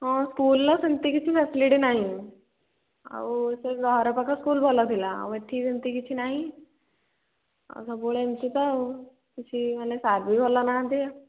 ହଁ ସ୍କୁଲ୍ର ସେମିତି କିଛି ଫ୍ୟାସିଲିଟ୍ ନାହିଁ ଆଉ ସେ ଘରପାଖ ସ୍କୁଲ୍ ଭଲ ଥିଲା ଆଉ ଏଠି ଏମିତି କିଛି ନାହିଁ ଆଉ ସବୁବେଳେ ଏମିତି ତ ଆଉ କିଛି ମାନେ ସାର୍ ବି ଭଲ ନାହାନ୍ତି